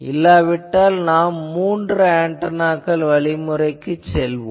இல்லாவிட்டால் நாம் மூன்று ஆன்டெனா வழிமுறைக்குச் செல்ல வேண்டும்